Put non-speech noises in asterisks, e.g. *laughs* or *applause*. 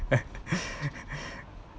*laughs*